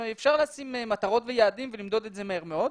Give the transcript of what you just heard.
אפשר לשים מטרות ויעדים ולמדוד את זה מהר מאוד.